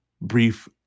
brief